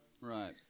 Right